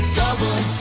double